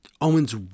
Owens